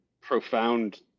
profound